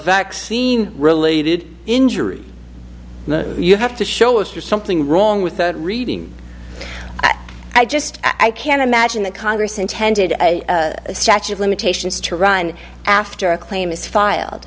vaccine related injury you have to show us your something wrong with reading i just i can't imagine that congress intended a statue of limitations to run after a claim is filed